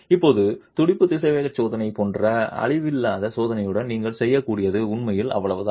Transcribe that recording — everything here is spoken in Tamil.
இப்போது துடிப்பு திசைவேக சோதனை போன்ற அழிவில்லாத சோதனையுடன் நீங்கள் செய்யக்கூடியது உண்மையில் அவ்வளவுதான்